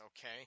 Okay